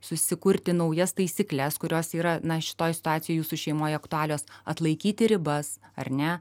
susikurti naujas taisykles kurios yra na šitoj situacijoj jūsų šeimoj aktualios atlaikyti ribas ar ne